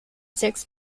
six